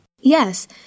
Yes